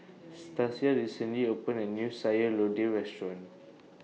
Stasia recently opened A New Sayur Lodeh Restaurant